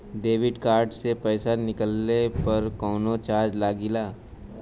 Debit card से पैसा निकलले पर कौनो चार्ज लागि का?